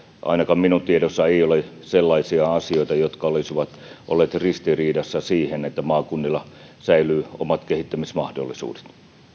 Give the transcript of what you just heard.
ainakaan minun tiedossani ei ei ole sellaisia asioita jotka olisivat olleet ristiriidassa siihen että maakunnilla säilyvät omat kehittämismahdollisuudet